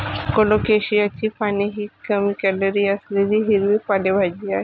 कोलोकेशियाची पाने ही कमी कॅलरी असलेली हिरवी पालेभाजी आहे